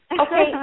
Okay